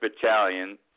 battalion